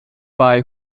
bei